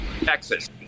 Texas